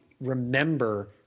remember